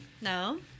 no